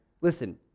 Listen